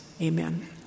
amen